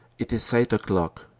it is eight o'clock.